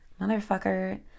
motherfucker